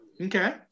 Okay